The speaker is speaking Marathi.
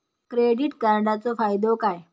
क्रेडिट कार्डाचो फायदो काय?